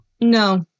No